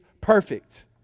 perfect